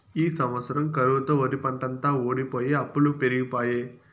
ఈ సంవత్సరం కరువుతో ఒరిపంటంతా వోడిపోయె అప్పులు పెరిగిపాయె